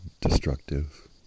destructive